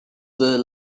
were